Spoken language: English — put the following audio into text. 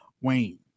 Wayne